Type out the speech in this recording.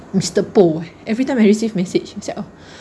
mister po everytime I receive message we said oh